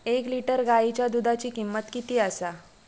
एक लिटर गायीच्या दुधाची किमंत किती आसा?